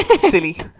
silly